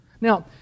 Now